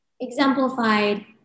exemplified